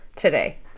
today